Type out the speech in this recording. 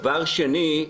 דבר שני,